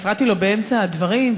הפרעתי לו באמצע הדברים,